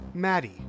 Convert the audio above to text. Maddie